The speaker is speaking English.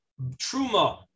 truma